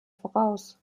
voraus